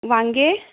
वांगे